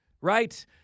right